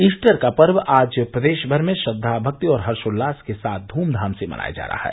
Easter का पर्व आज प्रदेश भर में श्रद्वा भक्ति और हर्षोलास के साथ धूमधाम से मनाया जा रहा है